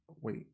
Wait